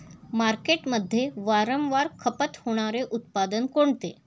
मार्केटमध्ये वारंवार खपत होणारे उत्पादन कोणते?